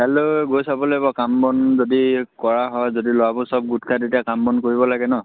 কাইলৈ গৈ চাব লাগিব কাম বন যদি কৰা হয় যদি ল'ৰাবোৰ চব গোট খায় তেতিয়া কাম বন কৰিব লাগে ন